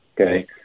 okay